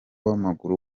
w’amaguru